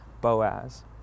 Boaz